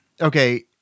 Okay